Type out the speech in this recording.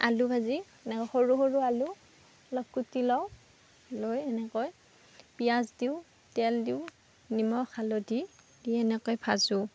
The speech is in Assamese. আলু ভাজি এনেকৈ সৰু সৰু আলু অলপ কুটি লওঁ লৈ এনেকৈ পিয়াঁজ দিওঁ তেল দিওঁ নিমখ হালধি দি এনেকৈ ভাজোঁ